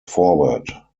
forward